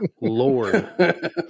Lord